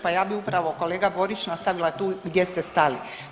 Pa ja bih upravo kolega Borić nastavila tu gdje ste stali.